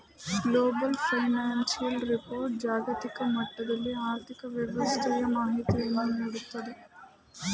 global financial report ಜಾಗತಿಕ ಮಟ್ಟದಲ್ಲಿ ಆರ್ಥಿಕ ವ್ಯವಸ್ಥೆಯ ಮಾಹಿತಿಯನ್ನು ನೀಡುತ್ತದೆ